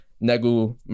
Negu